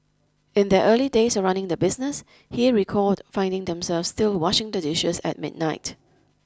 in their early days of running the business he recalled finding themselves still washing the dishes at midnight